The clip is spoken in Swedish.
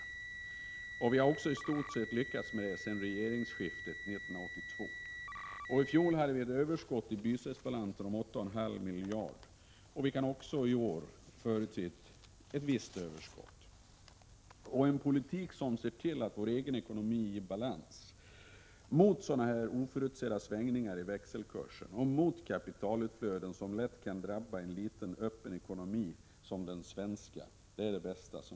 Det har vi också i stort sett lyckats med sedan regeringsskiftet 1982. I fjol hade vi ett överskott i bytesbalansen på 8,5 miljarder, och vi kan också i år förutse ett visst överskott. En politik som ser till att vår egen ekonomi är i balans är det bästa botemedlet mot oförutsedda svängningar i växelkurs och mot kapitalutflöden, som lätt kan drabba en liten, öppen ekonomi som den svenska.